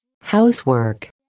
housework